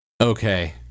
Okay